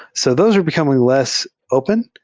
so those are becoming less open,